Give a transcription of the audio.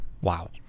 wow